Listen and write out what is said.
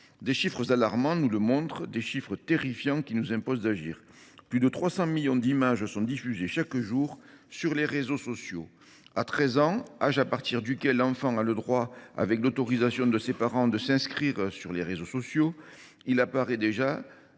sont alarmantes, pour ne pas dire terrifiantes. Elles nous imposent d’agir. Plus de 300 millions d’images sont diffusées chaque jour sur les réseaux sociaux. À 13 ans, âge à partir duquel l’enfant a le droit, avec l’autorisation de ses parents, de s’inscrire sur les réseaux sociaux, il apparaît déjà